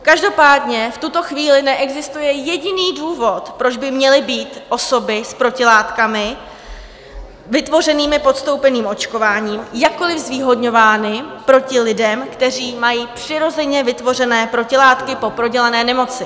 Každopádně v tuto chvíli neexistuje jediný důvod, proč by měly být osoby s protilátkami vytvořenými podstoupeným očkováním jakkoli zvýhodňováni proti lidem, kteří mají přirozeně vytvořené protilátky po prodělané nemoci.